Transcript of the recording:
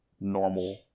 normal